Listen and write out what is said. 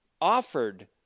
offered